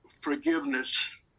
forgiveness